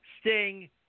Sting